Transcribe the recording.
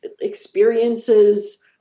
experiences